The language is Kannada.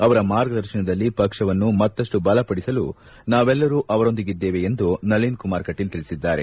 ಅವರ ಮಾರ್ಗದರ್ಶನದಲ್ಲಿ ಪಕ್ಷವನ್ನು ಮತ್ತಷ್ಟು ಬಲಪಡಿಸಲು ನಾವೆಲ್ಲರೂ ಅವರೊಂದಿಗಿದ್ದೇವೆ ಎಂದು ನಳಿನ್ ಕುಮಾರ್ ಕಟೀಲ್ ತಿಳಿಸಿದ್ದಾರೆ